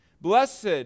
blessed